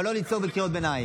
אבל לא לצעוק בקריאות ביניים.